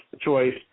choice